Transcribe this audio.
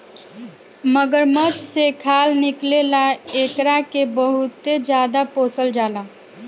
मगरमच्छ से खाल निकले ला एकरा के बहुते ज्यादे पोसल जाला